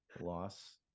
loss